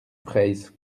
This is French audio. fraysse